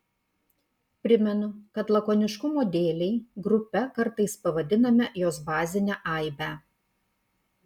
primenu kad lakoniškumo dėlei grupe kartais pavadiname jos bazinę aibę